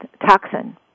Toxin